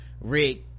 Rick